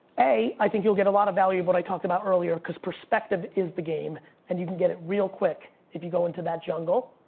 a, i think you'll get a lot of value of what i talked about earlier, cause perspective is the game and you can get it real quick if you go into that jungle.